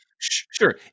Sure